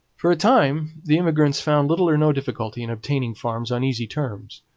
for a time the immigrants found little or no difficulty in obtaining farms on easy terms.